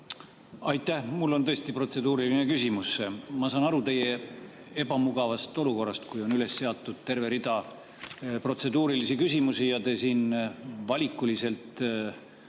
Aitäh! Mul on tõesti protseduuriline küsimus. Ma saan aru teie ebamugavast olukorrast, kui on üles seatud terve rida protseduurilisi küsimusi. Te siin valikuliselt